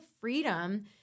freedom